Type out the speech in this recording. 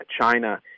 China